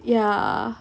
ya